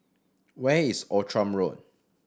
where is Outram Road